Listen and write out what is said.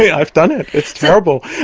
i've done it, it's terrible.